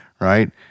right